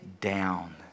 down